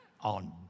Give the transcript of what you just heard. on